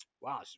Wow